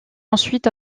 ensuite